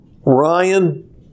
Ryan